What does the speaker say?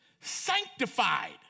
sanctified